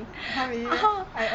!huh! really meh